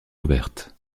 ouverte